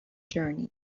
journey